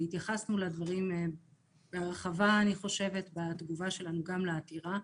התייחסנו לדברים בהרחבה גם בתגובה שלנו לעתירה.